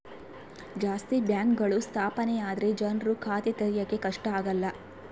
ಜಾಸ್ತಿ ಬ್ಯಾಂಕ್ಗಳು ಸ್ಥಾಪನೆ ಆದ್ರೆ ಜನ್ರು ಖಾತೆ ತೆರಿಯಕ್ಕೆ ಕಷ್ಟ ಆಗಲ್ಲ